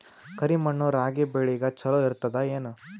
ಕರಿ ಮಣ್ಣು ರಾಗಿ ಬೇಳಿಗ ಚಲೋ ಇರ್ತದ ಏನು?